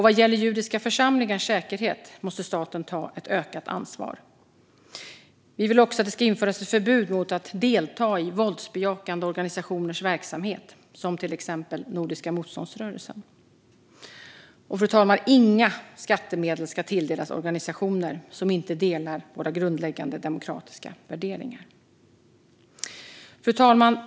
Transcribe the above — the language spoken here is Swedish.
Vad gäller judiska församlingars säkerhet måste staten ta ett ökat ansvar. Vi vill också att det ska införas ett förbud mot att delta i våldsbejakande organisationers verksamhet, till exempel Nordiska motståndsrörelsen. Och, fru talman, inga skattemedel ska tilldelas organisationer som inte delar våra grundläggande demokratiska värderingar. Fru talman!